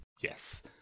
Yes